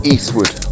Eastwood